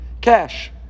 cash